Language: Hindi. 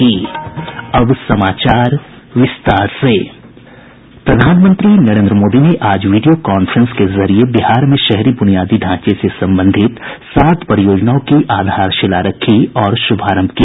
प्रधानमंत्री नरेन्द्र मोदी ने आज वीडियो कांफ्रेंस के जरिये बिहार में शहरी बुनियादी ढ़ांचे से संबंधित सात परियोजनाओं की आधारशिला रखी और शुभारंभ किया